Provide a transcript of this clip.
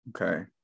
Okay